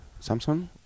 Samsung